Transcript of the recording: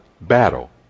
battle